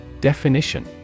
Definition